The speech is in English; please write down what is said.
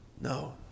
No